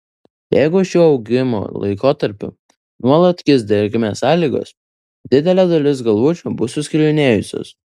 jeigu šiuo augimo laikotarpiu nuolat kis drėgmės sąlygos didelė dalis galvučių bus suskilinėjusios